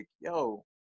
yo